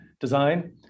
design